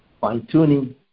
Fine-tuning